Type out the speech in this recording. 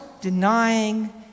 denying